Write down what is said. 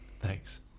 Thanks